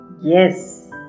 Yes